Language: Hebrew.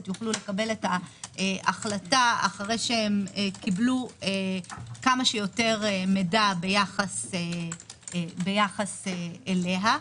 יוכלו לקבל את ההחלטה אחרי שקיבלו כמה שיותר מידע ביחס אליה.